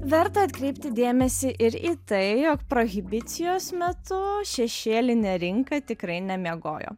verta atkreipti dėmesį ir į tai jog prohibicijos metu šešėlinė rinka tikrai nemiegojo